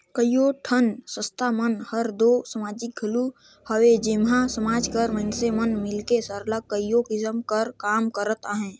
कइयो ठन संस्था मन हर दो समाजिक घलो हवे जेम्हां समाज कर मइनसे मन मिलके सरलग कइयो किसिम कर काम करत अहें